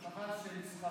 חבל שהצלחתי.